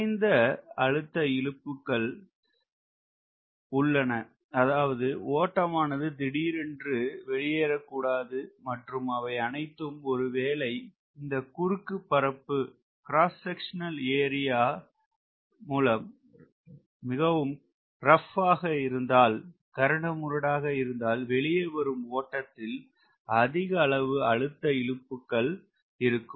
குறைந்த அழுத்த இழப்புகள் உள்ளன அதாவது ஓட்டமானது திடீரென்று வெளியேறக்கூடாது மற்றும் அவை அனைத்தும் ஒருவேளை இந்த குறுக்கு பரப்பு கரடுமுரடாக இருந்தால் வெளியே வரும் ஓட்டத்தில் அதிக அளவு அழுத்த இழப்புகள் இருக்கும்